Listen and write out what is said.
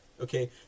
okay